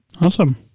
Awesome